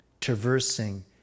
traversing